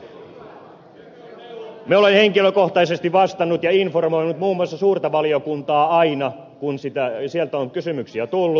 minä olen henkilökohtaisesti vastannut ja informoinut muun muassa suurta valiokuntaa aina kun sieltä on kysymyksiä tullut